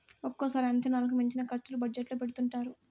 ఒక్కోసారి అంచనాలకు మించిన ఖర్చులు బడ్జెట్ లో పెడుతుంటారు